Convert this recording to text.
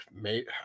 Mate